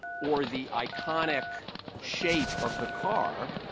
or the iconic shape of the car,